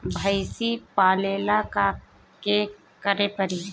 भइसी पालेला का करे के पारी?